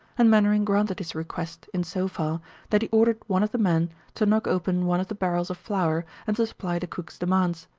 and mainwaring granted his request in so far that he ordered one of the men to knock open one of the barrels of flour and to supply the cook's demands.